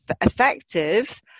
effective